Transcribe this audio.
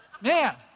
Man